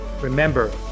Remember